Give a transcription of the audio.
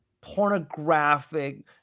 pornographic